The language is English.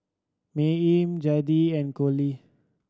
Maymie Zadie and Coley